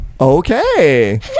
Okay